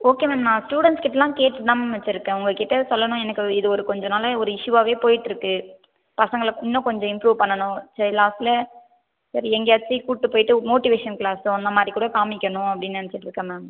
okay ma'am நான் students கிட்டெலாம் கேட்டு தான் மேம் வச்சுருக்கேன் உங்கள் கிட்டே சொல்லணும் எனக்கு இது ஒரு கொஞ்ச நாளாக ஒரு இஷ்யூவாகவே போய்கிட்ருக்கு பசங்களை இன்னும் கொஞ்சம் இம்ப்ரூவ் பண்ணணும் சரி லாஸ்ட்டில் சரி எங்கேயாச்சி கூட்டு போய்விட்டு மோட்டிவேஷன் க்ளாஸு அந்த மாதிரி கூட காமிக்கணும் அப்படின்னு நினைச்சிட்ருக்கேன் மேம்